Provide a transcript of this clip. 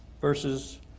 verses